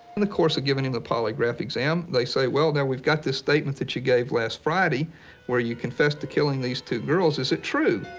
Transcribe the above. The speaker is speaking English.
and the courts are giving him the polygraph exam. they say, well, now we've got this statement that you gave last friday where you confessed to killing these two girls. is it true?